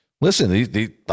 Listen